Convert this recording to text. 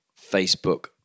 Facebook